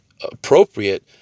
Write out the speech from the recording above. appropriate